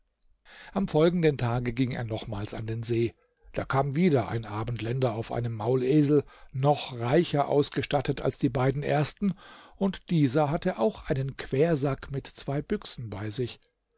am folgenden tage ging er nochmals an den see da kam wieder ein abendländer auf einem maulesel noch reicher ausgestattet als die beiden ersten und dieser hatte auch einen quersack mit zwei büchsen bei sich